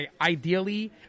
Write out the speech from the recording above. ideally